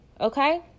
okay